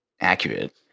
accurate